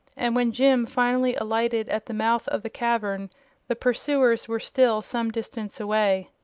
and when jim finally alighted at the mouth of the cavern the pursuers were still some distance away.